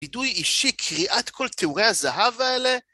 ביטוי אישי, קריאת כל תיאורי הזהב האלה.